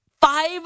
Five